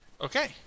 okay